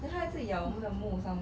then 他一直我们的木 somemore